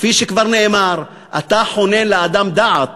כפי שכבר נאמר: "אתה חונן לאדם דעת